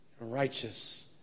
Righteous